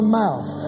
mouth